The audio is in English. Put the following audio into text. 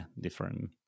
different